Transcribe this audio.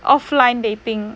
offline dating